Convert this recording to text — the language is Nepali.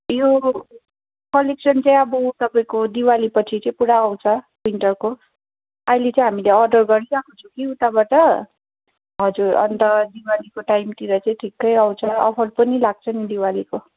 यो कलेक्सन चाहिँ अब तपाईँको दिवाली पछि चाहिँ पुरा आउँछ विन्टरको अहिले चाहिँ हामीले अर्डर गरिरहेको छु कि उताबाट हजुर अन्त दिवालीको टाइमतिर चाहिँ ठिक्कै आउँछ अफर पनि लाग्छ नि दिवालीको